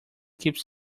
keeps